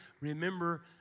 Remember